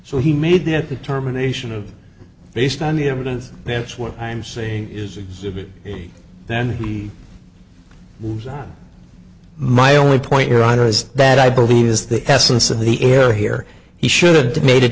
so he made that determination of based on the evidence that's what i'm saying is exhibit a then he my only point your honor is that i believe is the essence of the air here he should have made